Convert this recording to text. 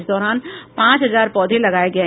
इस दौरान पांच हजार पौधे लगाये गये